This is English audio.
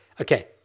Okay